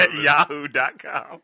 yahoo.com